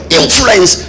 influence